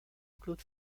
claude